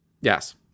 Yes